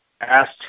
asked